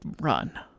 run